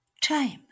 time